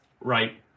Right